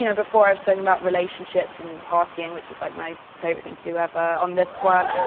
you know before, i've spoken about relationships and partying, which is, like, my favorite thing to do ever. on this one.